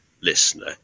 listener